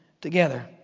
together